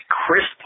Chris